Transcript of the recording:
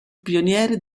pioniere